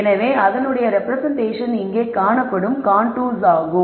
எனவே அதனுடைய ரெப்ரெசென்ட்டேஷன் இங்கே காணப்படும் கான்டோர்ஸ் ஆகும்